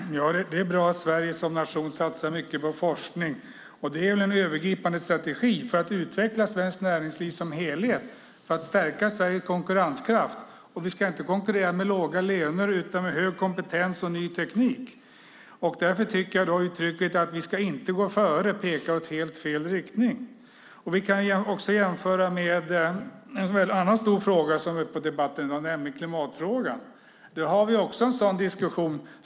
Fru talman! Det är bra att Sverige som nation satsar mycket på forskning. Det är väl en övergripande strategi för att utveckla svenskt näringsliv som helhet och för att stärka Sveriges konkurrenskraft. Vi ska inte konkurrera med låga löner utan med hög kompetens och ny teknik. Därför tycker jag att uttrycket att vi inte ska gå före pekar i helt fel riktning. Vi kan jämföra med en annan stor fråga som är uppe i debatten i dag, nämligen klimatfrågan. Där har vi också en sådan diskussion.